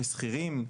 כשכירים,